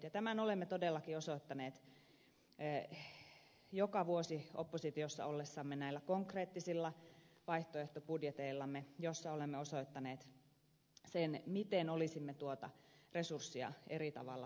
ja tämän olemme todellakin osoittaneet joka vuosi oppositiossa ollessamme näillä konkreettisilla vaihtoehtobudjeteillamme joissa olemme osoittaneet sen miten olisimme tuota resurssia eri tavalla käyttäneet